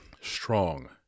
strong